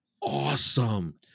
awesome